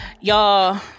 Y'all